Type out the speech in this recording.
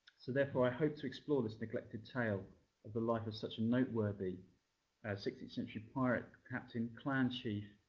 so therefore, i hope to explore this neglected tale of the life of such a noteworthy sixteenth century pirate captain, clan chief,